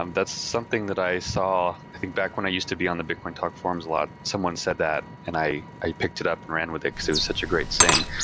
um that's something that i saw i think back when i used to be on the bitcoin talk forums a lot. someone said that and i i picked it up and ran with it because it was such a great saying.